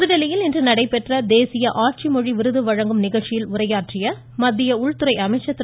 புதுதில்லியில் இன்று நடைபெற்ற தேசிய ஆட்சிமொழி விருது வழங்கும் நிகழ்ச்சியில் உரையாற்றிய மத்திய உள்துறை அமைச்சர் திரு